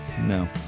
no